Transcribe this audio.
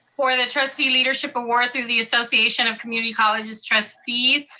for the trustee leadership award through the association of community college's trustees.